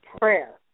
prayer